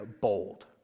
bold